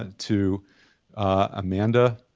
and to amanda,